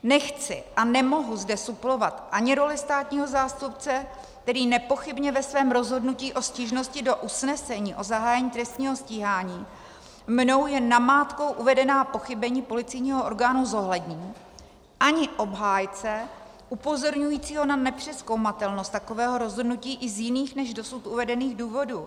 Nechci a nemohu zde suplovat ani roli státního zástupce, který nepochybně ve svém rozhodnutí o stížnosti do usnesení o zahájení trestního stíhání mnou jen namátkou uvedená pochybení policejního orgánu zohlední, ani obhájce upozorňujícího na nepřezkoumatelnost takového rozhodnutí i z jiných než dosud uvedených důvodů.